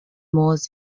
موز